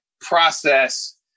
process